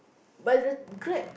but is the Grab